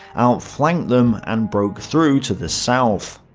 outflanked them and broke through to the south.